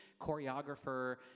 choreographer